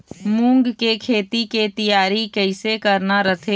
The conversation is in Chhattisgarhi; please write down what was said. मूंग के खेती के तियारी कइसे करना रथे?